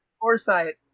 Foresight